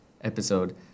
episode